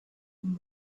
him